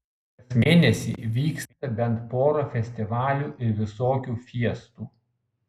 kas mėnesį vyksta bent pora festivalių ir visokių fiestų